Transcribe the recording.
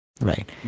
Right